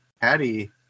patty